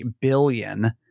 billion